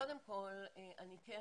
קודם כל אני כן